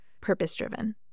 purpose-driven